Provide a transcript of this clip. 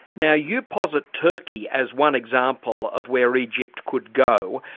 now you posit turkey as one example of where egypt could go.